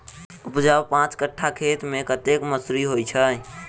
उपजाउ पांच कट्ठा खेत मे कतेक मसूरी होइ छै?